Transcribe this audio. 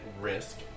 risk